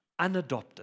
unadopted